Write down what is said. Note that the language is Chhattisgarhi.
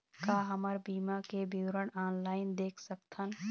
का हमर बीमा के विवरण ऑनलाइन देख सकथन?